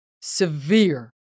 severe